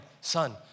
son